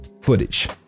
footage